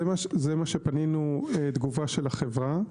זה מה שפנינו תגובה של החברה.